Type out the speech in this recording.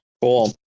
Cool